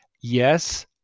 Yes